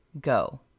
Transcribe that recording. go